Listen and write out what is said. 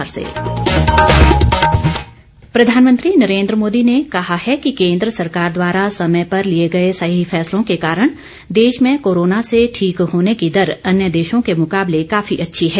प्रधानमंत्री प्रधानमंत्री नरेन्द्र मोदी ने कहा है कि केन्द्र सरकार द्वारा समय पर लिए गए सही फैसलों के कारण देश में कोरोना से ठीक होने की दर अन्य देशों के मुकाबले काफी अच्छी है